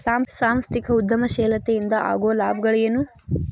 ಸಾಂಸ್ಥಿಕ ಉದ್ಯಮಶೇಲತೆ ಇಂದ ಆಗೋ ಲಾಭಗಳ ಏನು